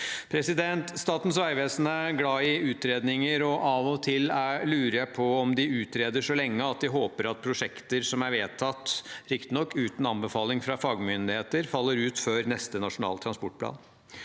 Statens vegvesen er glad i utredninger. Av og til lurer jeg på om de utreder så lenge at de håper at prosjekter som er vedtatt, riktignok uten anbefaling fra fagmyndigheter, faller ut før neste Nasjonal transportplan.